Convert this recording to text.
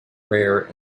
rare